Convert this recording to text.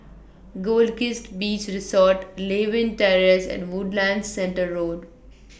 Goldkist Beach Resort Lewin Terrace and Woodlands Centre Road